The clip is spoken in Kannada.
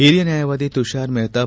ಹಿರಿಯ ನ್ನಾಯವಾದಿ ತುಷಾರ್ ಮೆಹ್ತಾ